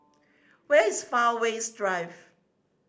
where is Fairways Drive